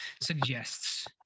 suggests